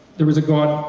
the was a god,